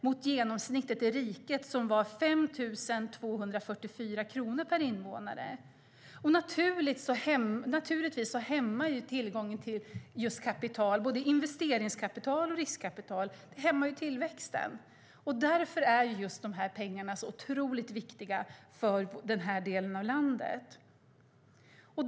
Genomsnittet i riket var 5 244 kronor per invånare. Naturligtvis hämmar den dåliga tillgången på kapital, både investeringskapital och riskkapital, tillväxten. Därför är just dessa pengar så otroligt viktiga för denna del av landet.